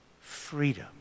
freedom